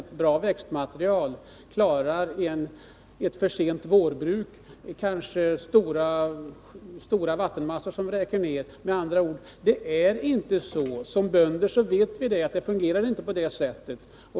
Ett bra växtmaterial klarar inte följderna av ett vårbruk som är försenat, kanske på grund av att stora vattenmassor vräkt ned. Det är med andra ord inte så — som bönder vet vi att det inte fungerar på det sättet.